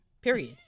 Period